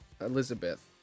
Elizabeth